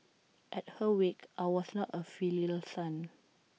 at her wake I was not A filial son